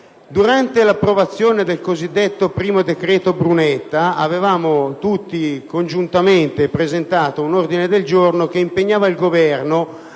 Durante l'approvazione del cosiddetto primo decreto Brunetta, avevamo tutti congiuntamente presentato un ordine del giorno che impegnava il Governo